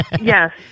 yes